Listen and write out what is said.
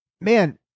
man